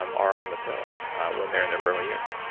um are on the pill when they're in their fertile years?